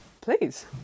Please